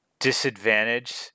Disadvantage